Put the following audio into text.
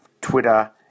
Twitter